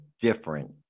different